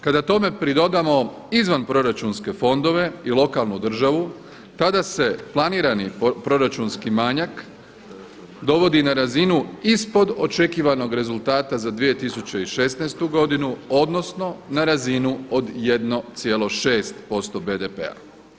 Kada tome pridodamo izvanproračunske fondove i lokalnu državu tada se planirani proračunski manjak dovodi na razinu ispod očekivanog rezultata za 2016. godinu odnosno na razinu od 1,6% BDP-a.